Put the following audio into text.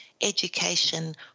Education